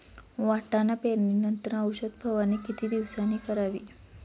वाटाणा पेरणी नंतर औषध फवारणी किती दिवसांनी करावी?